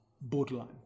borderline